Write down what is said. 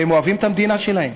והם אוהבים את המדינה שלהם.